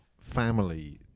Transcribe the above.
family